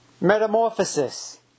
Metamorphosis